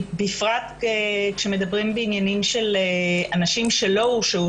בפרט כשמדברים בעניינים של אנשים שלא הורשעו,